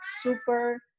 super